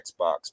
Xbox